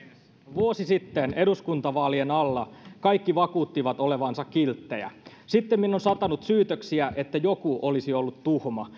vuosi sitten eduskuntavaalien alla kaikki vakuuttivat olevansa kilttejä sittemmin on satanut syytöksiä että joku olisi ollut tuhma